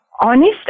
honest